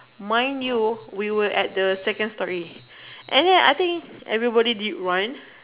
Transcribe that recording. mind you we were at the second storey and then I think everybody did once